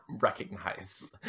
recognize